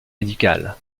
médicale